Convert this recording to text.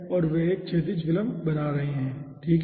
और वे एक क्षैतिज फिल्म बना रहे हैं ठीक है